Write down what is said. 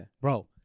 Bro